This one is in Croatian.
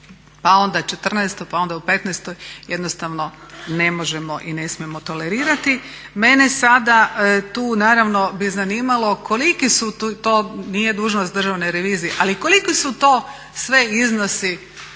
pa onda 2014. pa onda u 2015. jednostavno ne možemo i ne smijemo tolerirati. Mene sada tu naravno bi zanimalo koliki su to, nije dužnost Državne revizije, ali koliki su to sve iznosi